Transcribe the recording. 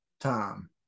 time